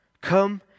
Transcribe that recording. Come